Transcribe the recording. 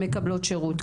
מקבלות שירות.